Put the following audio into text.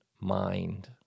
mind